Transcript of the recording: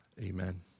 Amen